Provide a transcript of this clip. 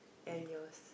and yours